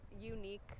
unique